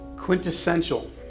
quintessential